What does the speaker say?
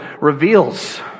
reveals